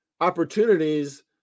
opportunities